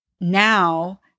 now